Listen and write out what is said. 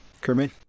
Kermit